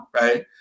right